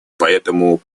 поэтому